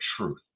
truth